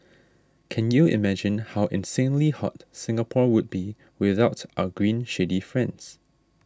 can you imagine how insanely hot Singapore would be without our green shady friends